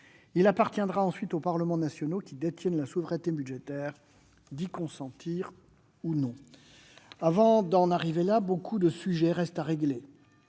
Il appartiendra ensuite aux Parlements nationaux, qui détiennent la souveraineté budgétaire, d'y consentir ou non. Avant d'en arriver là, beaucoup de sujets restent à régler.